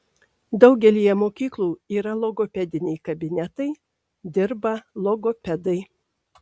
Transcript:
daugelyje mokyklų yra logopediniai kabinetai dirba logopedai